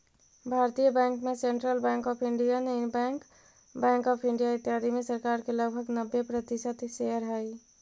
भारतीय बैंक में central bank of India, Indian bank, bank of India, इत्यादि में सरकार के लगभग नब्बे प्रतिशत शेयर हइ